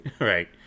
Right